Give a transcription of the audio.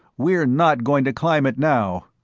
we're not going to climb it now!